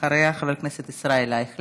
אחריה, חבר הכנסת ישראל אייכלר.